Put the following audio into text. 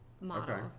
model